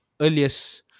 earliest